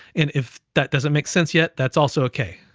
and if that doesn't make sense yet, that's also okay.